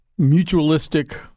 mutualistic